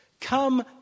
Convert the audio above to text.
Come